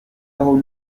aho